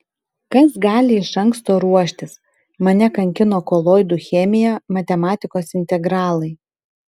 kas gali iš anksto ruoštis mane kankino koloidų chemija matematikos integralai